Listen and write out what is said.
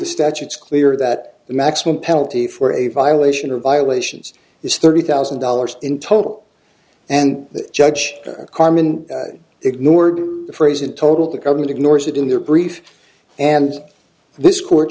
the statutes clear that the maximum penalty for a violation of violations is thirty thousand dollars in total and the judge carmen ignored the phrase in total the government ignores it in their brief and this court